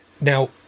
Now